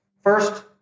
First